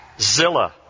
Zilla